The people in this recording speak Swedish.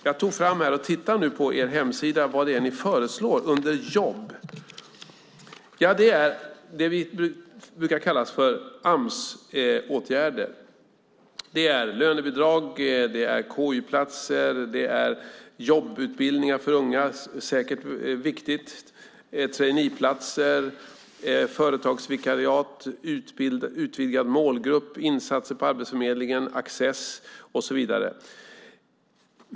Jag tittade på er hemsida vad ni föreslår under Jobb. Jo, det som brukar kallas för Amsåtgärder. Det är lönebidrag, KY-platser, jobbutbildningar för unga - säkert viktigt - traineeplatser, företagsvikariat, utvidgad målgrupp, insatser på Arbetsförmedlingen, Access och så vidare.